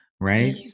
right